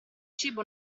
cibo